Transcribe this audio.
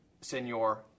Senor